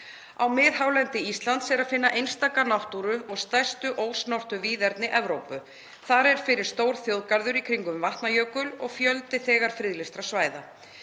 Á miðhálendi Íslands er að finna einstaka náttúru og stærstu ósnortnu víðerni Evrópu. Þar er fyrir stór þjóðgarður í kringum Vatnajökul og fjöldi þegar friðlýstra svæða.